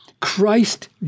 Christ